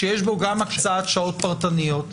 שיש בו גם הקצאת שעות פרטניות,